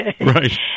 right